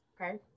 Okay